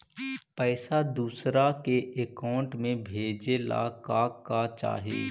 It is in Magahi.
पैसा दूसरा के अकाउंट में भेजे ला का का चाही?